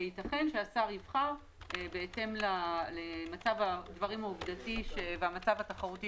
וייתכן שהשר יבחר בהתאם למצב הדברים העובדתי והמצב התחרותי